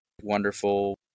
wonderful